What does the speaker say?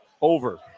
Over